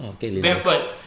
barefoot